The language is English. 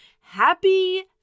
happy